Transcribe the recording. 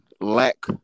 lack